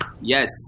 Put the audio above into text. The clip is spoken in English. yes